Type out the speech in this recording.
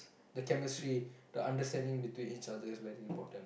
the chemistry the understanding between each other is very important